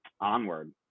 onward